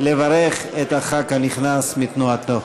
לברך את חבר הכנסת הנכנס מתנועתו.